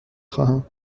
خواهم